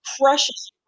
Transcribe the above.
precious